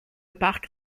parc